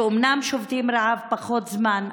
שאומנם שובתים רעב פחות זמן,